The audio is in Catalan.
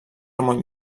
ramon